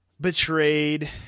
betrayed